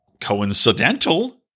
coincidental